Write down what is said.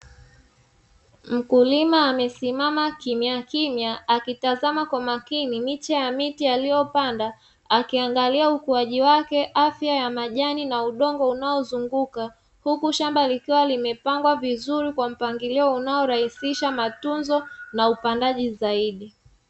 Mkulima amesimama kimya kimya akitazama kwa makini miche ya miti aliyopanda akiangalia ukuwaji wake, afya ya majani na udongo unaozunguka. Huku shamba likiwa limepangwa vizuri kwa mpangilio unaorahisisha matunzo na upandaji zaidi.